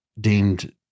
deemed